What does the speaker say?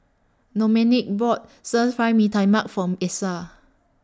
Domenick bought Stir Fry Mee Tai Mak For Essa